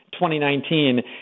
2019